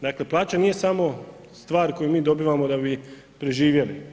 Dakle, plaća nije samo stvar koju mi dobivamo da bi proživjeli.